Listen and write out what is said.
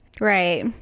Right